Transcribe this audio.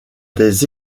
des